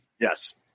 yes